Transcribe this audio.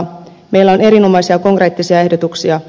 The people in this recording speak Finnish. meillä on erinomaisia konkreettisia ehdotuksia